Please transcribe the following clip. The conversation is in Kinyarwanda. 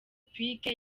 piqué